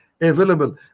available